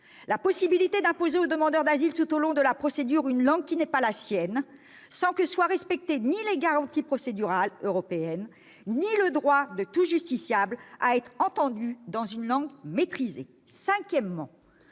sera possible d'imposer au demandeur d'asile tout au long de la procédure une langue qui n'est pas la sienne, sans que soient respectés ni les garanties procédurales européennes ni le droit de tout justiciable à être entendu dans une langue maîtrisée. Cinquièmement,